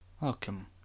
Welcome